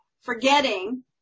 forgetting